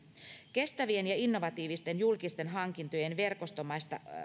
kestävien ja innovatiivisten julkisten hankintojen verkostomaista